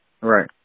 Right